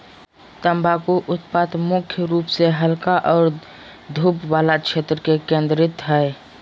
तम्बाकू उत्पादन मुख्य रूप से हल्का और धूप वला क्षेत्र में केंद्रित हइ